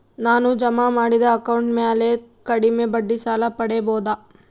ನಾನು ಜಮಾ ಮಾಡಿದ ಅಕೌಂಟ್ ಮ್ಯಾಲೆ ಕಡಿಮೆ ಬಡ್ಡಿಗೆ ಸಾಲ ಪಡೇಬೋದಾ?